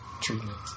treatment